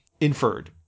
inferred